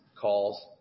calls